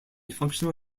functional